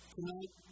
Tonight